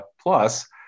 plus